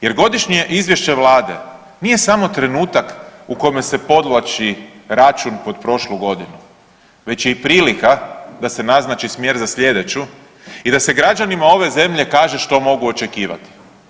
Jer godišnje izvješće Vlade nije samo trenutak u kome se podvlači račun pod prošlu godinu već je i prilika da se i naznači smjer za slijedeću i da se građanima ove zemlje kaže što mogu očekivati.